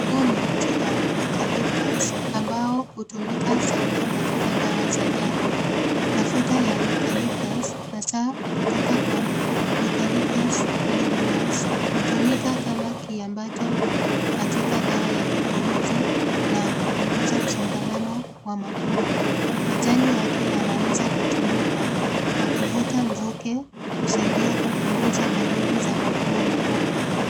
Huu ni mti wa eucalyptus ambao hutumika sana katika dawa za jadi. Mafuta ya eucalyptus hasa kutoka kwa eucalyptus globulus hutumika kama kiambato katika dawa ya kikohozi na kupunguza msongamano wa mapua. Majani yake yanaweza kutumika kwa kuvuta mvuke kusaidia kupunguza dalili za mafua na homa.